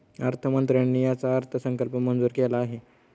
अर्थमंत्र्यांनी याचा अर्थसंकल्प मंजूर केला आहे